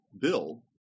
bill